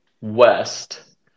West